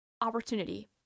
Opportunity